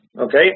okay